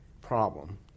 problem